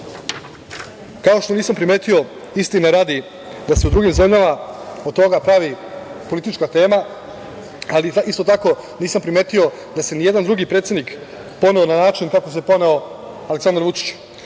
kao što nisam primetio, istine radi, da se u drugim zemljama od toga pravi politička tema, ali isto tako nisam primetio da se i jedan drugi predsednik poneo na način kako se poneo Aleksandar Vučić,